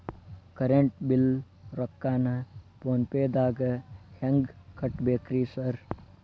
Current bill ರೊಕ್ಕಾನ phone ಪೇದಾಗ ಹೆಂಗ್ ಕಟ್ಟಬೇಕ್ರಿ ಸರ್?